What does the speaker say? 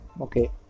Okay